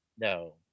No